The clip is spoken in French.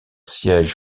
siège